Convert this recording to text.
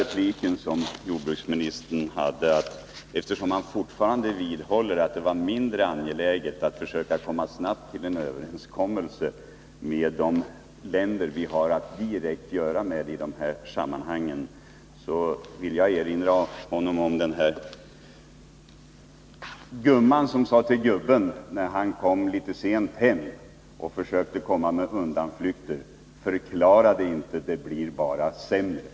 Eftersom jordbruksministern i sin sista replik vidhöll att det var mindre angeläget att försöka att snabbt komma fram till en överenskommelse med de länder som vi direkt har att göra med i de här sammanhangen, vill jag erinra honom om gumman som sade till gubben, när han kom litet sent hem och försökte komma med undanflykter: Förklara dig inte, det blir bara sämre!